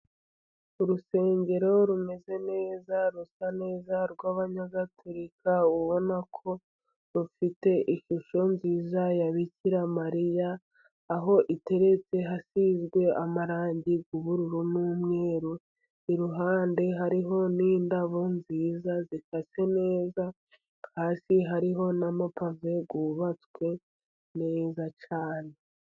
Urusengero rumeze neza, rusa neza, rw'abanyagatulika, ubona ko rufite ishusho nziza ya Bikira mariya, aho iteretse hasizwe amarangi y'ubururu, n'umweru, iruhande hariho n'indabo nziza zikase neza, hasi hariho n'amapave yubatswe meza cyane.